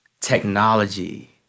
technology